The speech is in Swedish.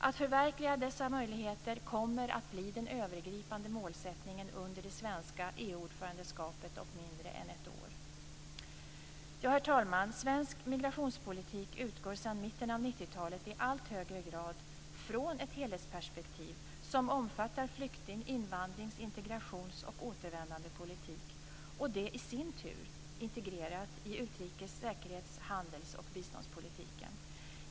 Att förverkliga dessa möjligheter kommer att bli den övergripande målsättningen under det svenska EU ordförandeskapet om mindre än ett år. Herr talman! Svensk migrationspolitik utgår sedan mitten av 90-talet i allt högre grad från ett helhetsperspektiv som omfattar flykting-, invandrings-, integrations och återvändandepolitik. Det är i sin tur integrerat i utrikes-, säkerhets-, handels och biståndspolitiken.